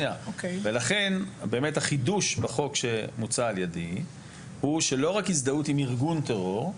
לכן באמת החידוש בחוק שמוצע על ידי הוא שלא רק הזדהות עם ארגון טרור,